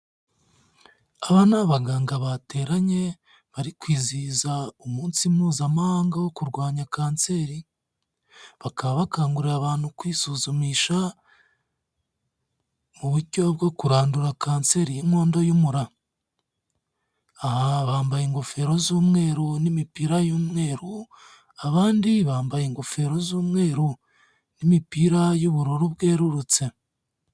Aba ni abaganga bateranye, bari kwizihiza umunsi mpuzamahanga wo kurwanya kanseri. Bakaba bakangurira abantu kwisuzumisha, mu buryo bwo kurandura kanseri y'inkondo y'umura. Aha bambaye ingofero z'umweru n'imipira y'umweru, abandi bambaye ingofero z'umweru. N'imipira y'ubururu bwerurutse.